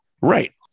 Right